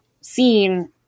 seen